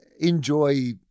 enjoy